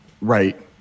Right